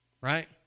Right